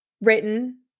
written